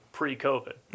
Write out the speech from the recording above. pre-COVID